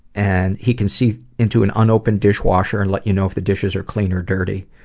and he can see into an unopened dishwasher and let you know if the dishes are clean or dirty,